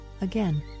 again